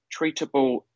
treatable